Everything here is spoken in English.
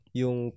yung